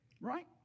Right